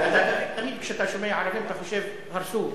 תמיד כשאתה שומע ערבים, אתה חושב: הרסו.